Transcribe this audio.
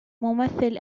ممثل